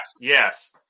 yes